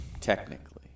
technically